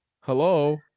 Hello